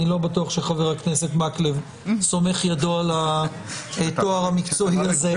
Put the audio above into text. אני לא בטוח שחבר הכנסת מקלב סומך ידו על התואר המקצועי הזה.